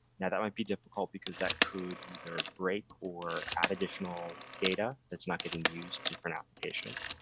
now, that might be difficult because that could either break or add additional data that's not getting used different applications.